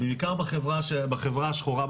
בעיקר בחברה השחורה,